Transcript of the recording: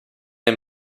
him